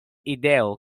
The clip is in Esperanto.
ideo